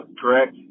correct